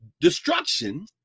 destruction